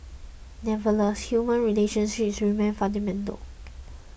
nevertheless human relationships remain fundamental